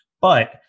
But-